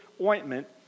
ointment